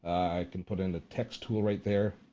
i can put in the text tool right there.